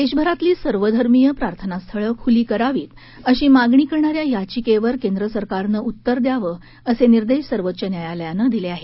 देशभरातली सर्वधर्मीय प्रार्थना स्थळं खुली करावीत अशी मागणी करणाऱ्या याचिकेवर केंद्रसरकारनं उत्तर द्यावं असे निर्देश सर्वोच्च न्यायालयानं दिले आहेत